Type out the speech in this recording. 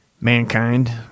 mankind